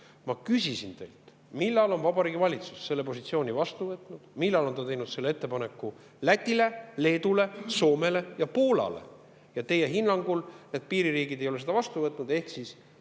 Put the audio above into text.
Ma küsisin teilt, millal on Vabariigi Valitsus selle positsiooni võtnud, millal on ta teinud selle ettepaneku Lätile, Leedule, Soomele ja Poolale. Sellele, et piiririigid ei ole seda vastu võtnud ehk Läti